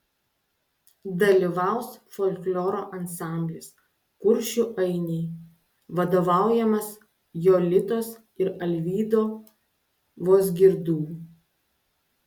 dalyvaus folkloro ansamblis kuršių ainiai vadovaujamas jolitos ir alvydo vozgirdų